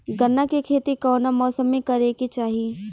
गन्ना के खेती कौना मौसम में करेके चाही?